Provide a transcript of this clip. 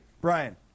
Brian